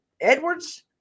Edwards